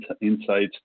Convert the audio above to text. insights